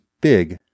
big